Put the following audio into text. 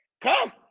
come